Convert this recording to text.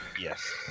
Yes